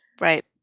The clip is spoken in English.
right